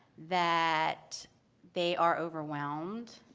that they are overwhelmed,